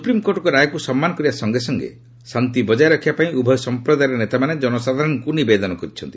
ସୁପ୍ରିମ୍କୋର୍ଟଙ୍କ ରାୟକୁ ସମ୍ମାନ କରିବା ସଙ୍ଗେ ସଙ୍ଗେ ଶାନ୍ତି ବଜାୟ ରଖିବା ପାଇଁ ଉଭୟ ସମ୍ପ୍ରଦାୟର ନେତାମାନେ ଜନସାଧାରଣଙ୍କ ନିବେଦନ କରିଛନ୍ତି